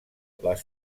les